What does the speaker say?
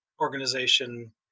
organization